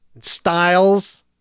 styles